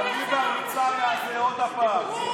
עוד הפעם,